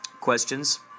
questions